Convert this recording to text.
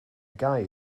guy